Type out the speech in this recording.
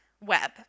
web